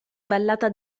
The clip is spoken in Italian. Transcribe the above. ballata